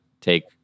take